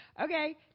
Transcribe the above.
Okay